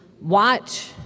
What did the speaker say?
watch